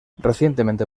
recientemente